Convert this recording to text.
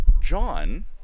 John